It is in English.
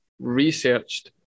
researched